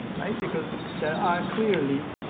right? because there are clearly